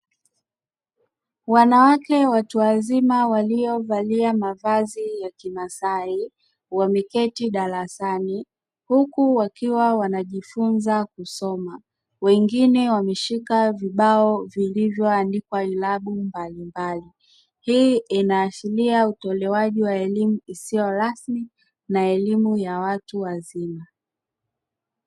Wanawake watu wazima waliovalia mavazi ya kimasai, wameketi darasani huku wakiwa wana wakiwa wanajifunza kusoma, wengine wameshika vibao vilivyoandikwa irabu mbalimbali. Hii inaashiria utolewaji wa elimu isiyo na elimu ya watu wazima.